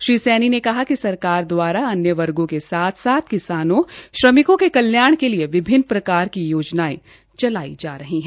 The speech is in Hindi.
श्री सैनी ने कहा कि सरकार दवारा अन्य वर्गो के साथ साथ किसानोंश्रमिकों के कल्याण के लिए विभिन्न प्रकार की योजनाएं चलाई जा रही है